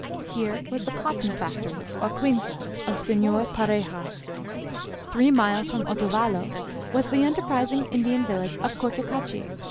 here was the cotton factory, or quinta, of sr. pareja. three miles from otovalo was the enterprising indian village of cotocachi,